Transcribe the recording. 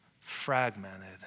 fragmented